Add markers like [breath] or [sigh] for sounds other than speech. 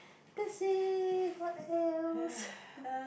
that's it what else [breath]